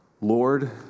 Lord